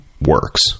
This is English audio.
works